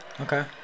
Okay